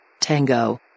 Tango